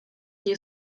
nie